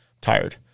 tired